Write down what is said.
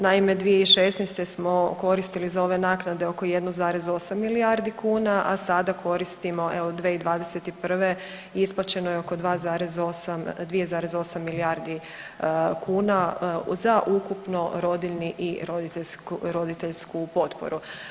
Naime, 2016. smo koristili za ove naknade oko 1,8 milijardi kuna, a sada koristimo, evo, 2021. isplaćeno je oko 2,8 milijardi kuna za ukupno rodiljni i roditeljsku potporu.